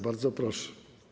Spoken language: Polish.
Bardzo proszę.